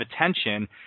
attention